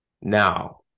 Now